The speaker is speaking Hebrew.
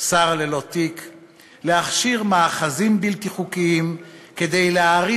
"שר ללא תיק"; להכשיר מאחזים בלתי חוקיים כדי להערים